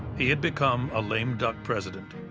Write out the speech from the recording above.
he had become a lame-duck president.